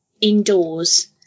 indoors